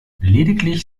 lediglich